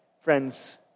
Friends